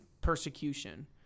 persecution